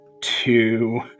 two